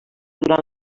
durant